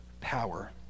power